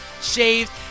shaved